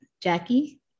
Jackie